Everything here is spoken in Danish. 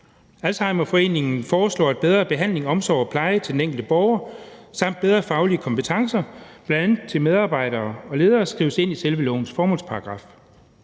Alzheimerforeningen foreslår, at bedre behandling, omsorg og pleje til den enkelte borger samt bedre faglige kompetencer, bl.a. til medarbejdere og ledere, skrives ind i selve lovens formålsparagraffer.